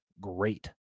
great